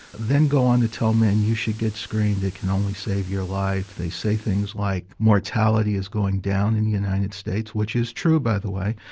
then go on to tell men you should get screened it can only save your life. they say things like mortality is going down in the united states which is true by the way,